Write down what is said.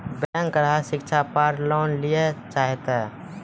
Bank ग्राहक शिक्षा पार लोन लियेल चाहे ते?